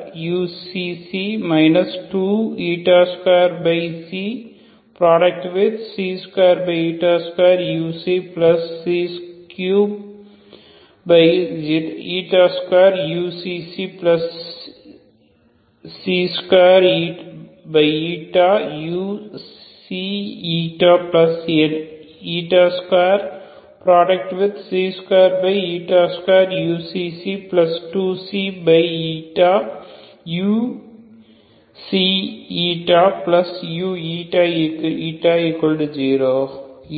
22232u42uξξ 2222u32uξξ2u222uξξ2ξuuηη0